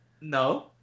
No